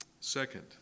Second